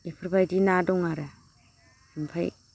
एफोरबायदि ना दं आरो ओमफाय